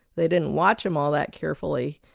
they didn't watch him all that carefully,